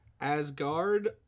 Asgard